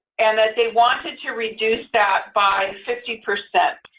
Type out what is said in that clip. and that they wanted to reduce that by fifty percent.